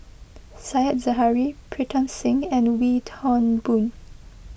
Said Zahari Pritam Singh and Wee Toon Boon